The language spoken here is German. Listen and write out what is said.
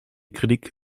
kritik